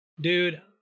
Dude